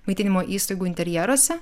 maitinimo įstaigų interjeruose